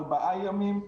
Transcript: ארבעה ימים.